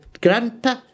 grandpa